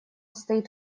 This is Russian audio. стоит